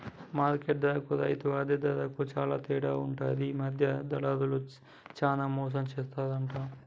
market ధరకు రైతు అందే ధరకు చాల తేడా ఉంటది మధ్య దళార్లు చానా మోసం చేస్తాండ్లు